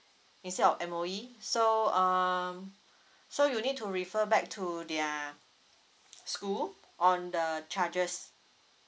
instead of M_O_E so um so you need to refer back to their school on the the charges